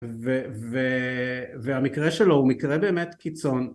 והמקרה שלו הוא מקרה באמת קיצון